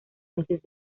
meses